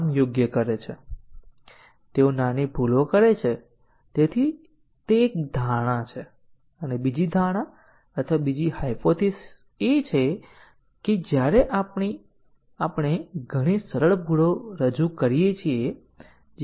જો ટેસ્ટીંગ કેસો તેમને શોધી શકતા નથી તો આપણે વધુ ટેસ્ટીંગ કેસ ઉમેરીને ટેસ્ટીંગ ના કેસોને મજબૂત કરીએ છીએ